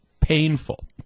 painful